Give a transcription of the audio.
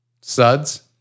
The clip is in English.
suds